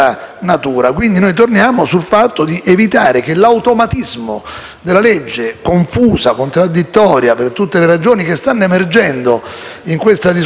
di una legge confusa, contraddittoria, per tutte le ragioni che stanno emergendo nell'odierna discussione e che sono chiarissime a tutti, anche a chi respinge tutto.